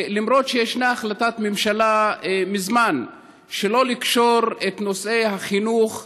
למרות שישנה החלטת ממשלה מזמן שלא לקשור את נושאי החינוך,